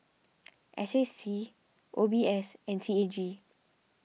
S A C O B S and C A G